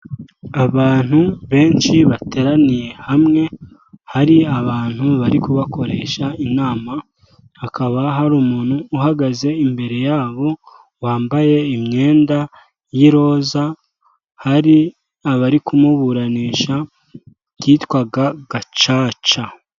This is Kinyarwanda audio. Abantu benshi bateraniye hamwe, hari abantu bari kubakoresha inama hakaba hari umuntu uhagaze imbere yabo wambaye imyenda y'iroza, hari abari kumuburanisha byitwaga gacaca.